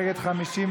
הכנסת.